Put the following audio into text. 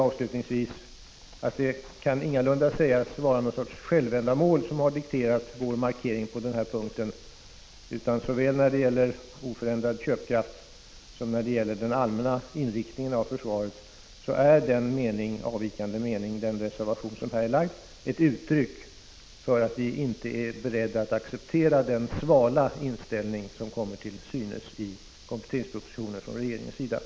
Avslutningsvis vill jag säga att det ingalunda kan sägas vara någon sorts självändamål som har dikterat vår markering på denna punkt. Såväl när det gäller oförändrad köpkraft som när det gäller den allmänna inriktningen av försvaret är den reservation som har fogats till betänkandet ett uttryck för att vi inte är beredda att acceptera den svala inställning som kommer till synes från regeringens sida i kompletteringspropositionen.